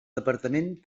departament